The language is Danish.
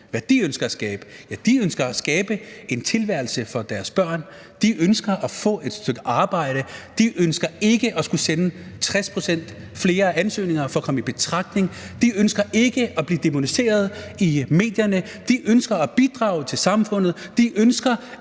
ønsker at skabe. Ja, de ønsker at skabe en tilværelse for deres børn, de ønsker at få et stykke arbejde, de ønsker ikke at skulle sende 60 pct. flere ansøgninger for at komme i betragtning til et job, de ønsker ikke at blive dæmoniseret i medierne, de ønsker at bidrage til samfundet, de ønsker